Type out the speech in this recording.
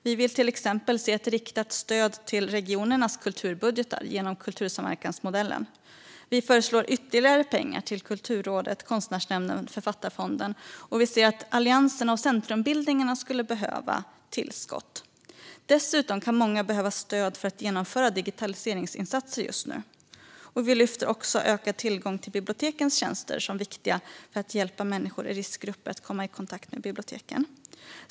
Vi vill till exempel se ett riktat stöd till regionernas kulturbudgetar genom kultursamverkansmodellen. Vi föreslår ytterligare pengar till Kulturrådet, Konstnärsnämnden och författarfonden. Och vi ser att allianserna och centrumbildningarna skulle behöva tillskott. Dessutom kan många behöva stöd för att genomföra digitaliseringsinsatser just nu. Vi lyfter också ökad tillgång till bibliotekens tjänster som viktigt för att hjälpa människor i riskgrupper att komma i kontakt med biblioteken.